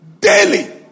daily